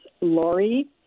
Lori